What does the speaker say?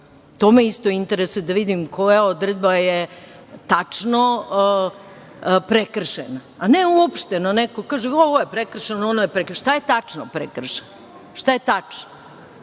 To me isto interesuje da vidim koja je odredba tačno prekršena, a ne uopšteno, neko kaže – pa ovo je prekršeno, ono je prekršeno. Šta je tačno prekršeno? Šta je tačno?